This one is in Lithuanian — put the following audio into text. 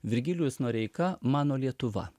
virgilijus noreika mano lietuva